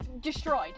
destroyed